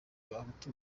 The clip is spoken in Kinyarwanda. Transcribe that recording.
abahutu